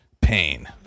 pain